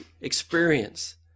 experience